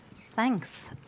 Thanks